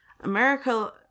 America